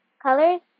colors